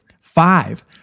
Five